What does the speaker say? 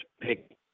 pick